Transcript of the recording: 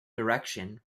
direction